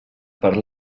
per